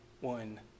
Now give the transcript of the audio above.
one